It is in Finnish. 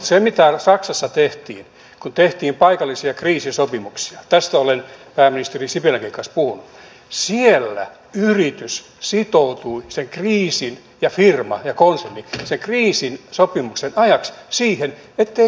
se mitä saksassa tehtiin kun tehtiin paikallisia kriisisopimuksia tästä olen pääministeri sipilänkin kanssa puhunut siellä yritys firma konserni sitoutui sen kriisisopimuksen ajaksi siihen ettei ketään irtisanota